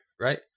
right